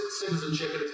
citizenship